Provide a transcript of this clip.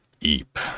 eep